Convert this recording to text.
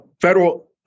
federal